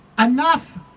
enough